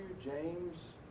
James